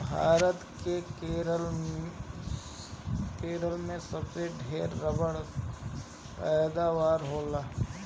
भारत के केरल में सबसे ढेर रबड़ कअ पैदावार होला